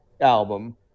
album